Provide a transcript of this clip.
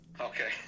Okay